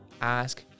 ask